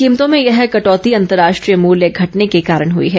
कीमतों में यह कटौती अंतरराष्ट्रीय मूल्य घटने के कारण हुई है